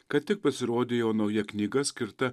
ką tik pasirodė jo nauja knyga skirta